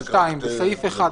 2. בסעיף 1,